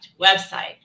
website